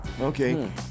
Okay